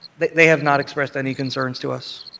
they have not expressed any concerns to us.